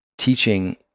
Teaching